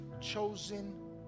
chosen